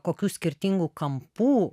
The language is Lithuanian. kokių skirtingų kampų